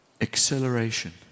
Acceleration